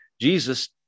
Jesus